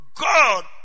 God